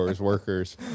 workers